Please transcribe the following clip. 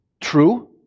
True